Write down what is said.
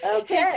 Okay